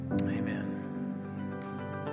Amen